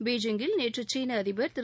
பெய்ஜிங்கில் நேற்று சீன அதிபர் திரு